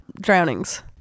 drownings